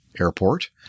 Airport